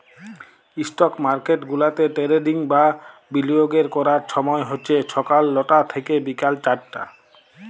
stock market গুলাতে trading বা বিলিয়গের ক্যরার ছময় হছে ছকাল লটা থ্যাইকে বিকাল চারটা